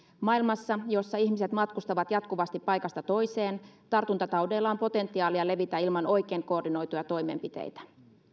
maailmassa jossa ihmiset matkustavat jatkuvasti paikasta toiseen tartuntataudeilla on potentiaalia levitä ilman oikein koordinoituja toimenpiteitä